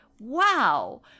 wow